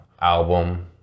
album